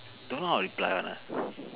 don't know how to reply one ah